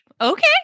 Okay